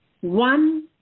one